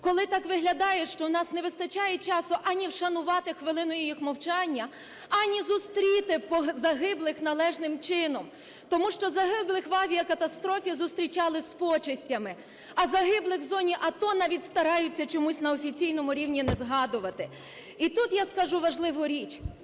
Коли так виглядає, що у нас не вистачає часу ані вшанувати хвилиною їх мовчання, ані зустріти загиблих належним чином. Тому що загиблих в авіакатастрофі зустрічали з почестями, а загиблих в зоні АТО навіть стараються чомусь на офіційному рівні не згадувати. І тут я скажу важливу річ.